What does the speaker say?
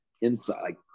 inside